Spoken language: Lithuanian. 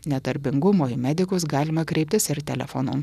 nedarbingumo į medikus galima kreiptis ir telefonu